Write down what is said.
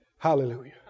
Hallelujah